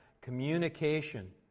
communication